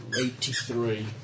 Eighty-three